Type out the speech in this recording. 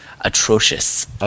Atrocious